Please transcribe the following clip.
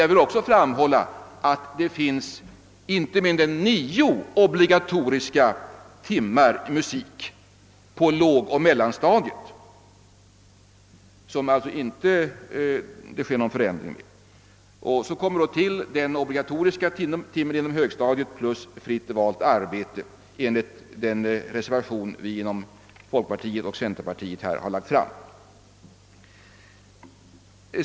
Jag vill också framhålla att det finns inte mindre än nio obligatoriska timmar musik på lågoch mellanstadierna, som alltså inte utsätts för någon förändring. Därtill kommer den obligatoriska timmen musik inom högstadiet plus fritt valt arbete enligt den reservation vi inom folkpartiet och centerpartiet har lagt fram.